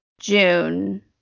June